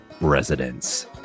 residents